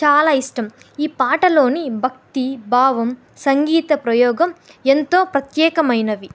చాలా ఇష్టం ఈ పాటలోని భక్తి భావం సంగీత ప్రయోగం ఎంతో ప్రత్యేకమైనవి